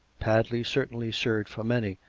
padley certainly served for many,